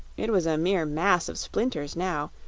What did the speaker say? it was a mere mass of splinters now,